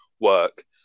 work